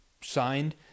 signed